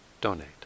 donate